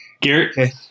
Garrett